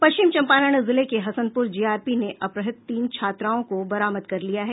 पश्चिम चम्पारण जिले के हसनपुर जीआरपी ने अपहृत तीन छात्राओं को बरामद कर लिया है